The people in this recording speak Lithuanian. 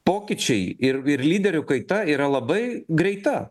pokyčiai ir ir lyderių kaita yra labai greita